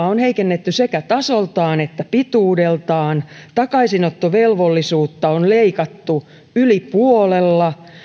on heikennetty sekä tasoltaan että pituudeltaan takaisinottovelvollisuutta on leikattu yli puolella